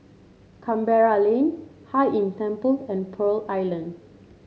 Canberra Lane Hai Inn Temple and Pearl Island